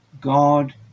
God